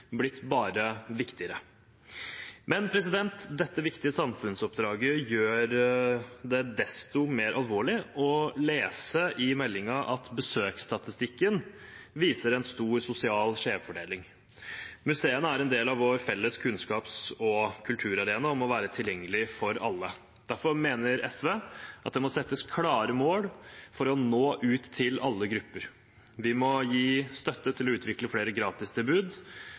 bare blitt viktigere. Dette viktige samfunnsoppdraget gjør det desto mer alvorlig å lese i meldingen at besøksstatistikken viser en stor sosial skjevfordeling. Museene er en del av vår felles kunnskaps- og kulturarena og må være tilgjengelig for alle. Derfor mener SV at det må settes klare mål for å nå ut til alle grupper. Vi må gi støtte til å utvikle flere gratistilbud,